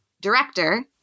Director